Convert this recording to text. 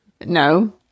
No